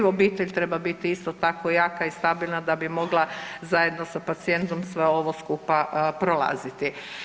Obitelj treba biti isto tako jaka i stabilna da bi mogla zajedno sa pacijentom sve ovo skupa prolaziti.